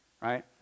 right